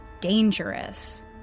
dangerous